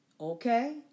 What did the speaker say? Okay